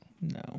no